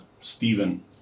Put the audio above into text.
Stephen